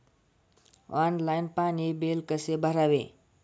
Online पाणी bill कसे भरावे?